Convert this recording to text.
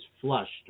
flushed